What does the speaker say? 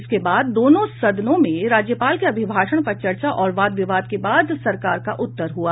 इसके बाद दोनों सदनों में राज्यपाल के अभिभाषण पर चर्चा और वाद विवाद के बाद सरकार का उत्तर हुआ